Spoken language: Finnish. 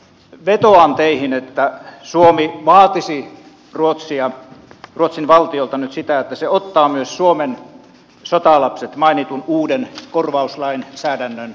vetoan teihin että suomi vaatisi ruotsin valtiolta nyt sitä että se ottaa myös suomen sotalapset mainitun uuden korvauslainsäädännön piiriin